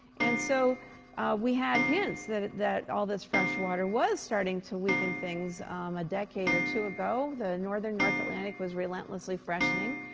and so we had hints that that all this fresh water was starting to weaken things a decade or two ago. the northern north atlantic was relentlessly freshening.